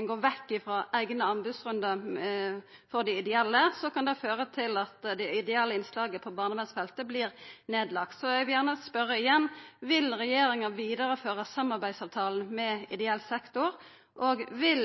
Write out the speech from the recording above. ein går vekk frå eigne anbodsrundar for dei ideelle, kan det føra til at det ideelle innslaget på barnevernsfeltet vert nedlagt. Eg vil gjerne spørja igjen: Vil regjeringa vidareføra samarbeidsavtalen med ideell sektor? Vil